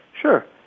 Sure